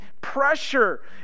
pressure